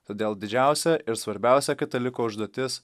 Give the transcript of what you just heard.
todėl didžiausia ir svarbiausia kataliko užduotis